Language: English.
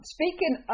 Speaking